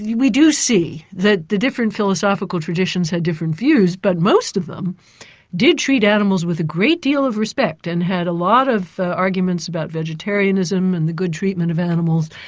we do see that the different philosophical traditions had different views, but most of them did treat animals with a great deal of respect, and had a lot of arguments about vegetarianism and the good treatment of animals.